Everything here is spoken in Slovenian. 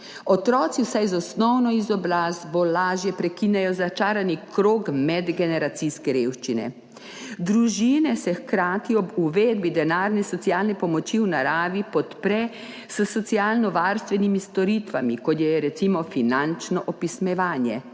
Otroci vsaj z osnovno izobrazbo lažje prekinejo začarani krog medgeneracijske revščine. Družine se hkrati ob uvedbi denarne socialne pomoči v naravi podpre s socialnovarstvenimi storitvami, kot je recimo finančno opismenjevanje,